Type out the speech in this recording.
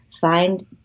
find